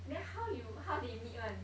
then how you how they meet [one]